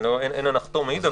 אין הנחתום מעיד,